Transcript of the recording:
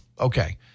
Okay